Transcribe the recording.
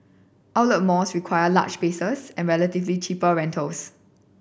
outlet malls require large spaces and relatively cheaper rentals